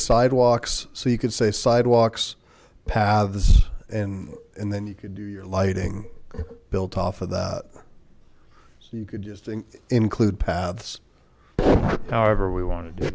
sidewalks so you could say sidewalks paths and then you could do your lighting built off of that so you could just include paths however we want to do